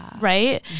Right